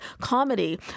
comedy